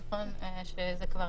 אני ממשיכה